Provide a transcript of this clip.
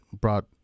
brought